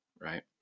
right